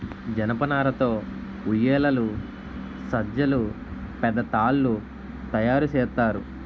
జనపనార తో ఉయ్యేలలు సజ్జలు పెద్ద తాళ్లు తయేరు సేత్తారు